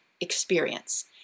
experience